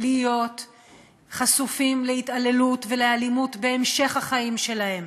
להיות חשופים להתעללות ולאלימות בהמשך החיים שלהם,